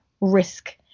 risk